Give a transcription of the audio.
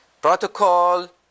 Protocol